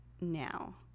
now